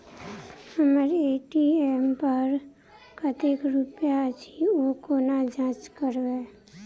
हम्मर ए.टी.एम पर कतेक रुपया अछि, ओ कोना जाँच करबै?